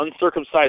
uncircumcised